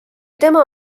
tema